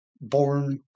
born